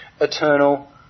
eternal